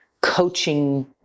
coaching